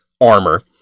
armor